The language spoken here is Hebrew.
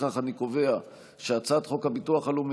לפיכך אני קובע שהצעת חוק הביטוח הלאומי